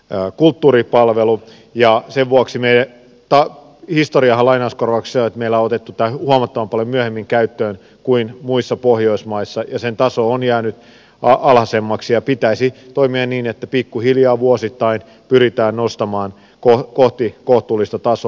historiahan lainauskorvauksissa on se että meillä on otettu tämä huomattavan paljon myöhemmin käyttöön kuin muissa pohjoismaissa ja sen taso on jäänyt alhaisemmaksi ja pitäisi toimia niin että pikkuhiljaa vuosittain pyritään nostamaan lainauskorvausta kohti kohtuullista tasoa